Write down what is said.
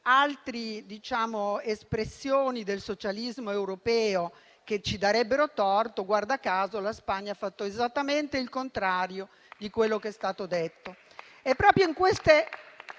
altre espressioni del socialismo europeo che ci darebbero torto, guarda caso la Spagna ha fatto esattamente il contrario di quello che è stato detto.